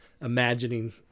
imagining